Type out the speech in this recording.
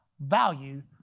value